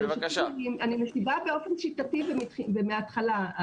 באופן שיטתי ומהתחלה.